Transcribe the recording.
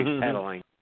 pedaling